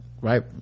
Right